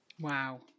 wow